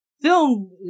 film